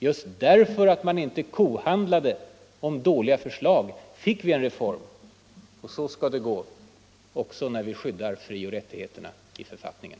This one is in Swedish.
Just därför att vi inte kohandlade om dåliga förslag fick vi en bra reform. Så skall det gå också när vi skyddar frioch rättigheterna i författningen.